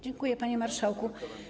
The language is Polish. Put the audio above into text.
Dziękuję, panie marszałku.